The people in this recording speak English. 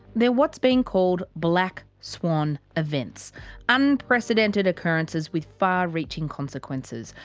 they're what's being called black swan events unprecedented occurrences with far reaching consequences.